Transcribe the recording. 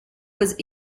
was